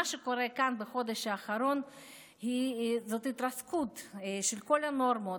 מה שקורה כאן בחודש האחרון זה התרסקות של כל הנורמות,